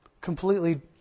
Completely